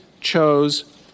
chose